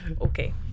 Okay